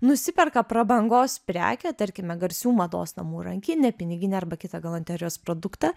nusiperka prabangos prekę tarkime garsių mados namų rankinę piniginę arba kitą galanterijos produktą